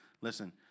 Listen